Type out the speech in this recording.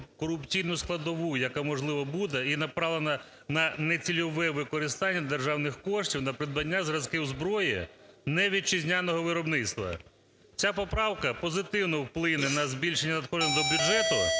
корупційну складову, яка, можливо, буде, і направлена на не цільове використання державних коштів, на придбання зразків зброї не вітчизняного виробництва. Ця поправка позитивно вплине на збільшення надходжень до бюджету